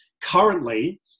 currently